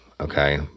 okay